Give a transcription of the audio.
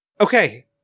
Okay